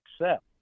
accept